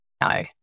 no